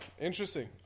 Interesting